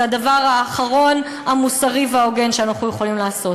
זה הדבר האחרון המוסרי וההוגן שאנחנו יכולים לעשות.